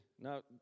Now